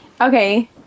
okay